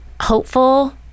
hopeful